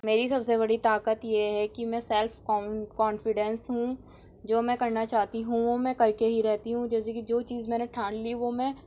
میری سب بڑی طاقت یہ ہے کہ میں سیلف قوم کونفیڈینس ہوں جو میں کرنا چاہتی ہوں وہ میں کر کے ہی رہتی ہوں جیسے کہ جو چیز میں نے ٹھان لی وہ میں